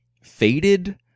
faded